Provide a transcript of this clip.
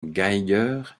geiger